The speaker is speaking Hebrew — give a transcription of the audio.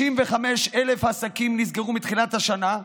65,000 עסקים נסגרו מתחילת השנה,